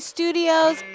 Studios